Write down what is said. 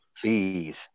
please